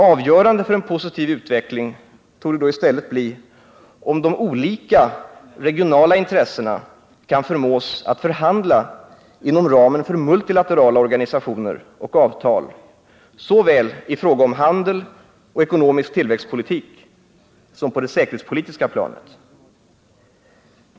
Avgörande för en positiv utveckling torde då i stället bli om de olika regionala intressena kan förmås att förhandla inom ramen för multilaterala organisationer och avtal såväl i fråga om handel och ekonomisk tillväxtpolitik som på det säkerhetspolitiska planet.